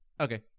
okay